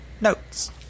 notes